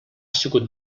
sigut